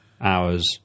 hours